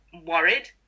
worried